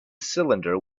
cylinder